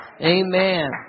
amen